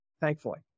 thankfully